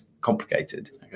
complicated